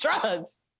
Drugs